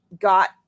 got